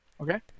Okay